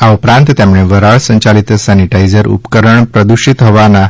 આ ઉપરાંત તેમણે વરાળ સંચાલિત સેનેટાઇઝર ઉપકરણ પ્રદુષિત હવાના